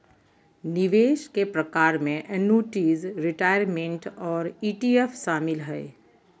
निवेश के प्रकार में एन्नुटीज, रिटायरमेंट और ई.टी.एफ शामिल हय